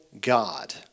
God